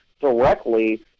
directly